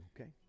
okay